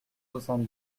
soixante